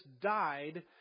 died